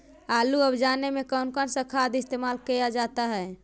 आलू अब जाने में कौन कौन सा खाद इस्तेमाल क्या जाता है?